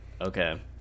Okay